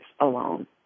alone